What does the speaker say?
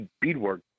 beadwork